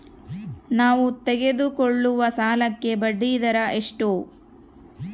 ನಾವು ತೆಗೆದುಕೊಳ್ಳುವ ಸಾಲಕ್ಕೆ ಬಡ್ಡಿದರ ಎಷ್ಟು?